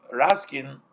Raskin